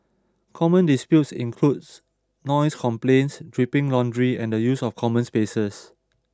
common disputes includes noise complaints dripping laundry and the use of common spaces